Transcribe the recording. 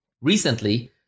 Recently